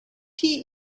tea